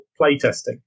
playtesting